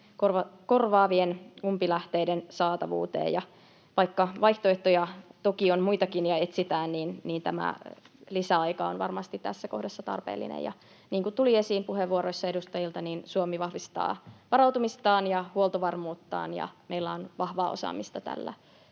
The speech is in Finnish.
korvaavien umpilähteiden saatavuuteen, ja vaikka vaihtoehtoja toki on muitakin ja niitä etsitään, niin tämä lisäaika on varmasti tässä kohdassa tarpeellinen. Niin kuin tuli esiin puheenvuoroissa edustajilta, niin Suomi vahvistaa varautumistaan ja huoltovarmuuttaan ja meillä on vahvaa osaamista tällä